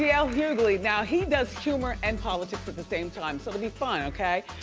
yeah l. hughley. now, he does humor and politics at the same time, so it'd be fun, okay?